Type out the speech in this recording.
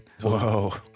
Whoa